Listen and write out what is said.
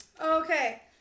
Okay